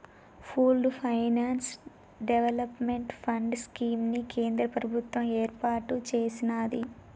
pooled finance development fund scheme ని కేంద్ర ప్రభుత్వం ఏర్పాటు చేసినాది